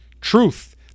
truth